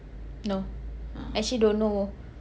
no actually don't know